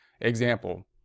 example